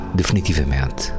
definitivamente